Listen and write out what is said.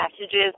messages